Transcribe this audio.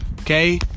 Okay